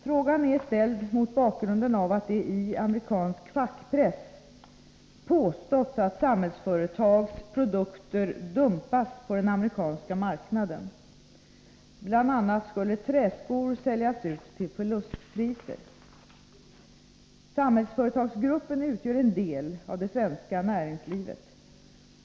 Frågan är ställd mot bakgrunden av att det i amerikansk fackpress påståtts att Samhällsföretags produkter dumpas på den amerikanska marknaden. Bla. skulle träskor säljas ut till förlustpriser. Samhällsföretagsgruppen utgör en del av det svenska näringslivet.